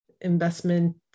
investment